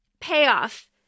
payoff